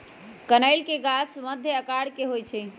कनइल के गाछ मध्यम आकर के होइ छइ